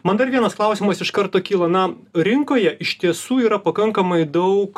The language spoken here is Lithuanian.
man dar vienas klausimas iš karto kyla na rinkoje iš tiesų yra pakankamai daug